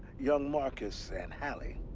young marcus and hallie.